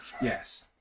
Yes